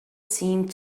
seemed